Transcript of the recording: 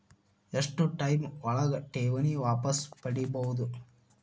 ಎಷ್ಟು ಟೈಮ್ ಒಳಗ ಠೇವಣಿ ವಾಪಸ್ ಪಡಿಬಹುದು?